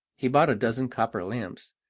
he bought a dozen copper lamps,